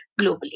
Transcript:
globally